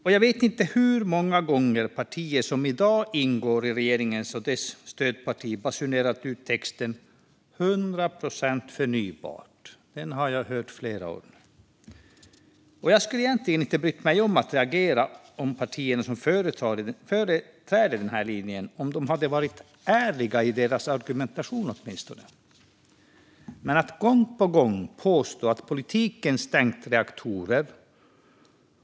Jag vet inte hur många gånger de partier som i dag ingår i regeringen och dess stödparti har basunerat ut detta med 100 procent förnybart. Det har jag hört i flera år, och jag skulle inte ha brytt mig om att reagera om partierna som företräder den linjen åtminstone hade varit ärliga i sin argumentation. Men man påstår gång på gång att politiken har stängt reaktorer.